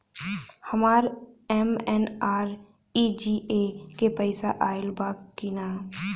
हमार एम.एन.आर.ई.जी.ए के पैसा आइल बा कि ना?